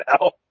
now